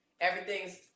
Everything's